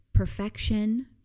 Perfection